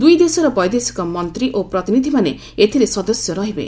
ଦୂଇ ଦେଶର ବୈଦେଶିକ ମନ୍ତ୍ରୀ ଓ ପ୍ରତିନିଧିମାନେ ଏଥିରେ ସଦସ୍ୟ ରହିବେ